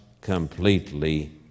completely